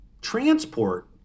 transport